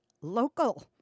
Local